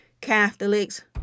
Catholics